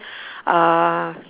uh